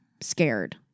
scared